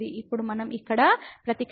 ఇప్పుడు మనం ఇక్కడ ప్రతిక్షేపించుతాము